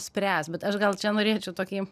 spręs bet aš gal čia norėčiau tokį